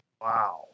Wow